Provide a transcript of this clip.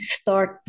start